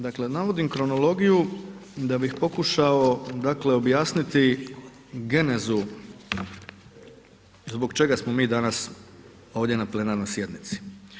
Dakle navodim kronologiju da bih pokušao dakle objasniti genezu zbog čega smo mi danas ovdje na plenarnoj sjednici.